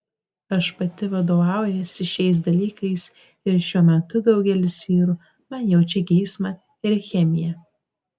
aš pati vadovaujuosi šitais dalykais ir šiuo metu daugelis vyrų man jaučia geismą ir chemiją